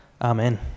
Amen